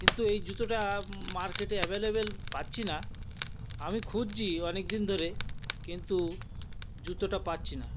কিন্তু এই জুতোটা মার্কেটে অ্যাভেলেবল পাচ্ছি না আমি খুঁজছি অনেক দিন ধরে কিন্তু জুতোটা পাচ্ছি না